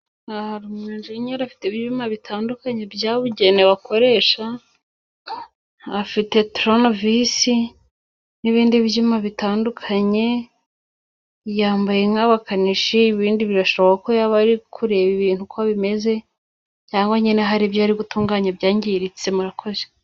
Aha hari umwenjenyeri afite ibyuma bitandukanye byabugenewe akoresha. Afite torunevisi n'ibindi byuma bitandukanye. Yambaye nk'abakanishi ibindi birashoboka ko yaba ari kureba ibintu uko bimeze, cyangwa nyine hari ibyo ari gutunganya ibyangiritse murakoze.